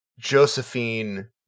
Josephine